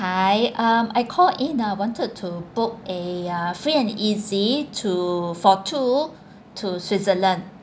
hi um I call in ah wanted to book a uh free and easy to for two to switzerland